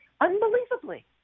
unbelievably